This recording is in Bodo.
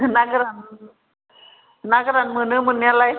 ना गोरान ना गोरान मोनो मोननायालाय